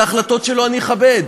את ההחלטות שלו אני אכבד.